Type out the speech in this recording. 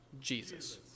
Jesus